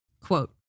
Quote